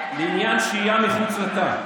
לעניין שהייה מחוץ לתא,